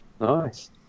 Nice